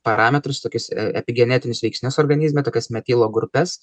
parametrus tokius epigenetinius veiksnius organizme tokias metilo grupes